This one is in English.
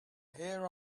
here